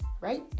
Right